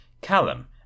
Callum